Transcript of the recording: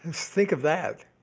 think of that!